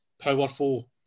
Powerful